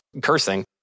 cursing